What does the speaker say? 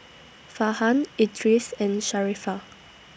Farhan Idris and Sharifah